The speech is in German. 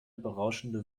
berauschende